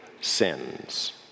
sins